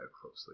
closely